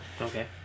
Okay